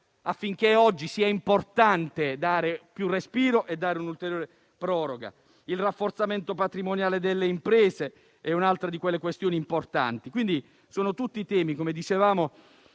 perché oggi è importante dare maggiore respiro e concedere un'ulteriore proroga. Il rafforzamento patrimoniale delle imprese è un'altra questione importante. Questi sono tutti temi, come dicevamo,